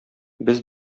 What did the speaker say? без